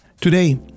Today